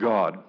God